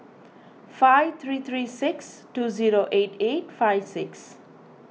five three three six two zero eight eight five six